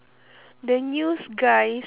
the news guys